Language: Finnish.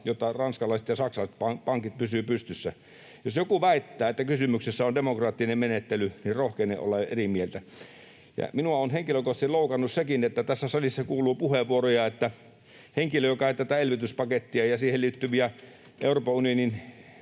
jotta ranskalaiset ja saksalaiset pankit pysyvät pystyssä. Jos joku väittää, että kysymyksessä on demokraattinen menettely, niin rohkenen olla eri mieltä. Ja minua on henkilökohtaisesti loukannut sekin, että tässä salissa kuuluu puheenvuoroja, että henkilö, joka ei tätä elvytyspakettia ja siihen liittyvää,